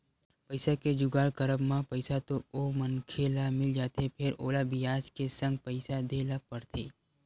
पइसा के जुगाड़ करब म पइसा तो ओ मनखे ल मिल जाथे फेर ओला बियाज के संग पइसा देय ल परथे